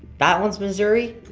that one's missouri?